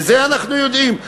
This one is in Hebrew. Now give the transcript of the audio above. ואת זה אנחנו יודעים.